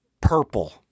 purple